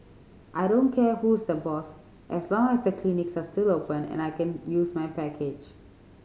I don't care who's the boss as long as the clinics are still open and I can use my package